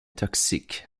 toxique